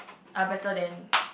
are better than